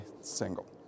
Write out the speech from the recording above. single